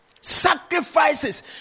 Sacrifices